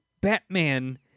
Batman